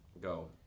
Go